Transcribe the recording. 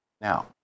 Now